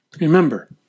Remember